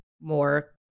more